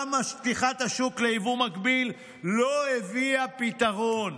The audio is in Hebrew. גם פתיחת השוק ליבוא מקביל לא הביאה פתרון.